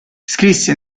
scrisse